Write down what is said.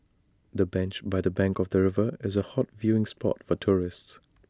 the bench by the bank of the river is A hot viewing spot for tourists